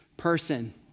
person